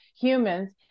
humans